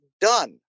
done